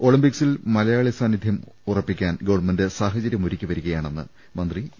ഒളിമ്പിക്സിൽ മലയാളി സാന്നിധ്യം ഉറപ്പിക്കാൻ ഗവൺമെന്റ് സാഹ ചര്യമൊരുക്കി വരികയാണെന്ന് മന്ത്രി ഇ